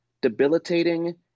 debilitating